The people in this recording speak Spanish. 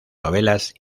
novelas